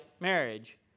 marriage